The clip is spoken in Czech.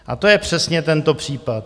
A to je přesně tento případ.